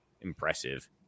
Impressive